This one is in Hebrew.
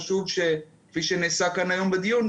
כפי שנעשה כאן היום בדיון,